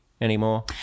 anymore